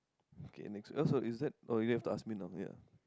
okay next one oh sorry is that oh you have to ask me now ya